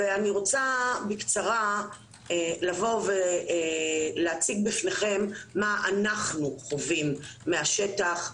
אני רוצה בקצרה לבוא ולהציג בפניכם מה אנחנו חווים מהשטח,